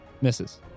Misses